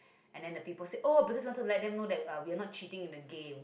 and the people said oh because want to let them know that we are not cheating in the game